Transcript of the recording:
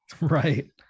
Right